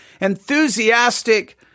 enthusiastic